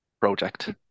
project